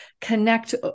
connect